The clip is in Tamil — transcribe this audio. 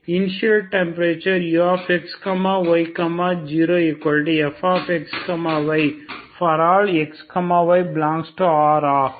இனிஷியல் டெம்பரேச்சர் uxy0fxy ∀xy∈D ஆகும்